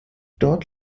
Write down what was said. dort